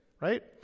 right